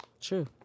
True